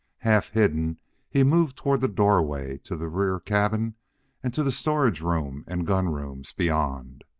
half-hidden he moved toward the doorway to the rear cabin and to the storage-room and gun-rooms beyond.